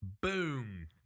Boom